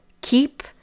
keep